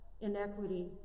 inequity